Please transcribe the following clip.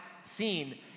seen